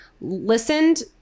listened